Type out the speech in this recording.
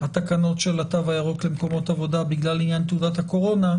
התקנות של התו ירוק למקומות עבודה בגלל עניין תעודת הקורונה,